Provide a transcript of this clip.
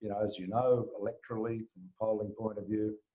you know as you know, electorally, from a polling point of view,